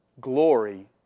Glory